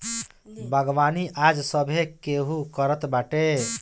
बागवानी आज सभे केहू करत बाटे